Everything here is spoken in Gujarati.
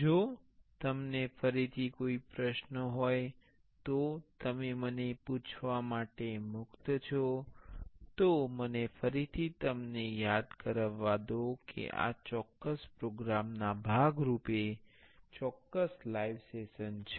જો તમને ફરીથી કોઈ પ્રશ્નો હોય તો તમે મને પૂછવા માટે મુક્ત છો તો મને ફરીથી તમને યાદ કરાવા દો કે આ ચોક્કસ પ્રોગ્રામ ના ભાગ રૂપે ચોક્કસ લાઇવ સેશન છે